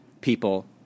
people